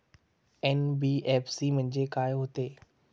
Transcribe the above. NBFC म्हणजे का होते?